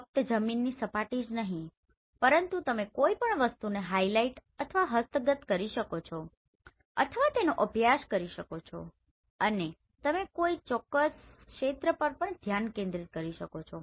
ફક્ત જમીનની સપાટી જ નહીં પરંતુ તમે કોઈ પણ વસ્તુને હાઇલાઇટ અથવા હસ્તગત કરી શકો છો અથવા તેનો અભ્યાસ કરી શકો છો અને તમે કોઈ ચોક્કસ ક્ષેત્ર પર પણ ધ્યાન કેન્દ્રિત કરી શકો છો